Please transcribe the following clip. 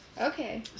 Okay